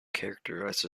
characterized